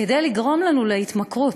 כדי לגרום לנו להתמכרות.